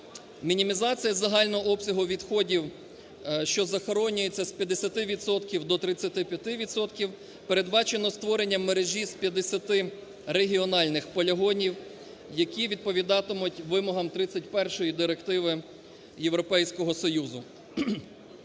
Мінімізація загального обсягу відходів, що захоронюються, – з 50 відсотків до 35 відсотків. Передбачено створення мережі з 50 регіональних полігонів, які відповідатимуть вимогам 31 Директиви Європейського Союзу.